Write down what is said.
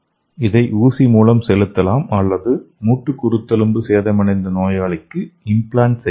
இதை ஊசி மூலம் செலுத்தலாம் அல்லது மூட்டு குருத்தெலும்பு சேதமடைந்த நோயாளிக்கு இம்ப்ளான்ட் செய்யலாம்